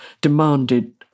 demanded